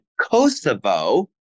Kosovo